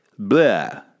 blah